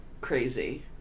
crazy